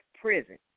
prison